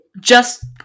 just-